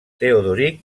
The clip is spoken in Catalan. teodoric